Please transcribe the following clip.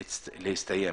להסתיים.